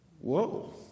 Whoa